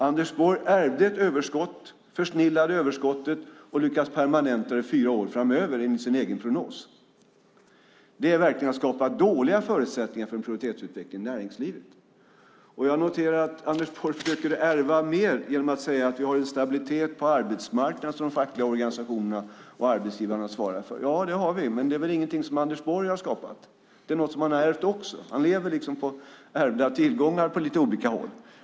Anders Borg ärvde ett överskott, försnillade överskottet och har lyckats permanenta det fyra år framöver enligt sin egen prognos. Det är verkligen att skapa dåliga förutsättningar för en produktivitetsutveckling i näringslivet. Jag noterar att Anders Borg försöker ärva mer genom att säga att vi har en stabilitet på arbetsmarknaden som de fackliga organisationerna och arbetsgivarna svarar för. Ja, det har vi, men det är väl ingenting som Anders Borg har skapat. Det är också något som han har ärvt. Han lever liksom på ärvda tillgångar på lite olika håll.